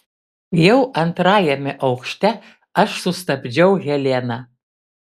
jau antrajame aukšte aš sustabdžiau heleną